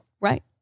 Right